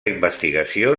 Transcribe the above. investigació